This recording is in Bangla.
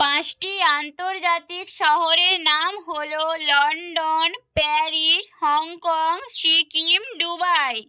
পাঁচটি আন্তর্জাতিক শহরের নাম হল London Paris Hong Kong Sikkim Dubai